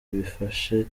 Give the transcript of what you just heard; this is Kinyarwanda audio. bifashe